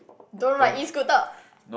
don't ride Escooter